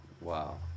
Wow